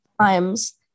times